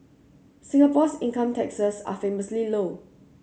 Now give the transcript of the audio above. Singapore's income taxes are famously low